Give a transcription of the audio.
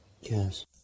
Yes